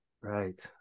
Right